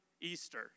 Easter